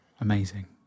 Amazing